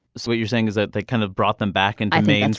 so what you're saying is that they kind of brought them back and means